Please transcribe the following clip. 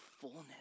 fullness